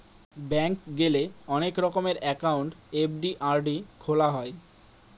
bank গেলে অনেক রকমের একাউন্ট এফ.ডি, আর.ডি খোলা যায়